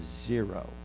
zero